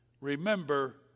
Remember